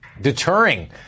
deterring